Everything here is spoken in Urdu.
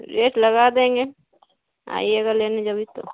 ریٹ لگا دیں گے آئیے گا لینے جبھی تو